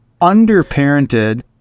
underparented